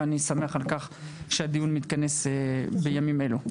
ואני שמח על כך שהדיון מתכנס בימים אלו.